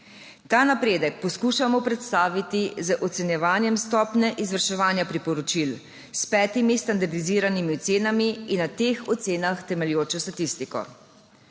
Ta napredek poskušamo predstaviti z ocenjevanjem stopnje izvrševanja priporočil s petimi standardiziranimi ocenami in na teh ocenah temelječo statistiko.